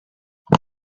you